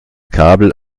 kabel